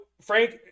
Frank